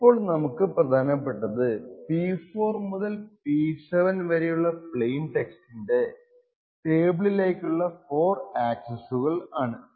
ഇപ്പോൾ നമുക്ക് പ്രധാനപ്പെട്ടത് P4 മുതൽ P7 വരെയുള്ള പ്ലെയിൻ ടെക്സ്റ്റിന്റെ ടേബിളിലേക്കുള്ള 4 ആക്സസ്സുകൾ ആണ്